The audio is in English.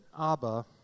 Abba